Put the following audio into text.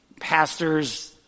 pastors